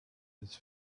his